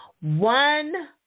One